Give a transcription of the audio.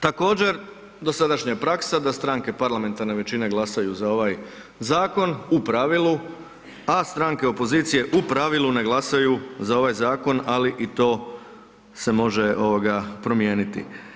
Također dosadašnja je praksa da stranke parlamentarne većine glasaju za ovaj zakon u pravilu, a stranke opozicije u pravilu ne glasaju za ovaj zakon, ali i to se može ovoga promijeniti.